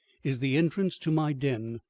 is the entrance to my den.